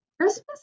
Christmas